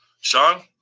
Sean